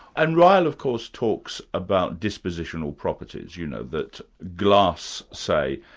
and ryle of course talks about dispositional properties, you know, that glass say,